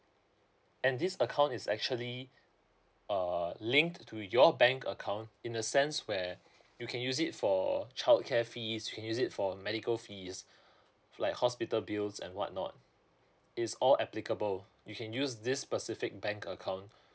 and this account is actually uh linked to your bank account in the sense where you can use it for childcare fees you can use it for medical fees like hospital bills and whatnot it's all applicable you can use this specific bank account